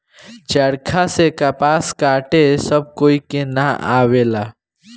चरखा से कपास काते सब कोई के ना आवेला